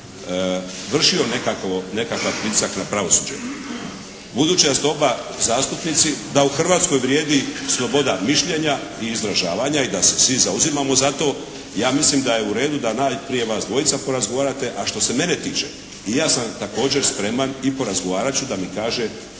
članova vršio nekakav pritisak na pravosuđe. Budući da ste oba zastupnici, da u Hrvatskoj vrijedi sloboda mišljenja i izražavanja i da se svi zauzimamo za to ja mislim da je u redu da najprije vas dvojica porazgovarate a što se mene tiče i ja sam također spreman i porazgovarat ću da mi kaže